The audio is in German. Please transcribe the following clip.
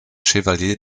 chevalier